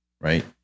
right